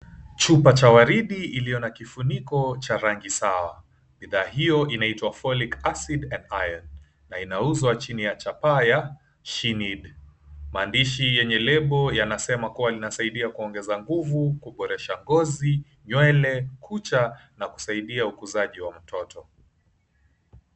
Chupa cha waridi iliyo na kifuniko cha rangi sawa. Bidhaa hiyo inaitwa folic acid and iron , inauzwa chini ya chapa SHE NEED. Maandishi yenye lebo inaonyesha kuwa inasaidia kuongeza nguvu, kuboresha ngozi, nywele, kucha na kusaidia ukuzaji wa mtoto.